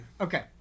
Okay